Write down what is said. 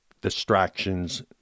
distractions